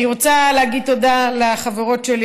אני רוצה להגיד תודה לחברות שלי,